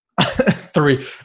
Three